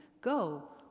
Go